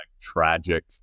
tragic